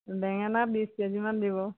বেঙেনা বিছ কেজিমান দিব